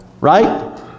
right